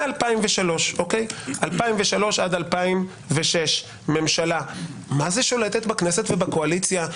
מ-2003 עד 2006 הממשלה מה זה שולטת בכנסת ובקואליציה,